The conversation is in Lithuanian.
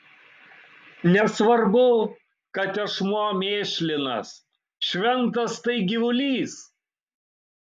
nesvarbu kad tešmuo mėšlinas šventas tai gyvulys